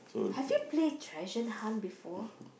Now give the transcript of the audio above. have you play treasure hunt before